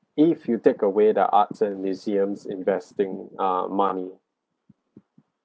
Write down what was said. if you take away the arts and museums investing ah money